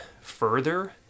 further